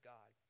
God